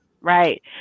right